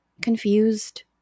confused